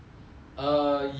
err yes